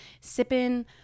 sipping